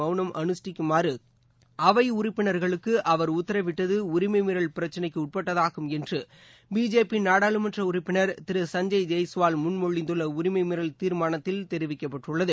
மவுனம் அனுஷ்டிக்குமாறுஅவைஉறுப்பினா்களுக்குஅவா் உத்தரவிட்டதுஉரிமைமீறல் பிரச்சினைக்குஉட்பட்டதாகும் என்றுபி ஜே பிநாடாளுமன்றஉறுப்பினா் திரு சஞ்சுப் ஜெய்ஸ்வால் முன்மொழிந்துள்ளஉரிமைமீறல் தீர்மானத்தில் தெரிவிக்கப்பட்டுள்ளது